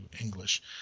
English